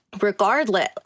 regardless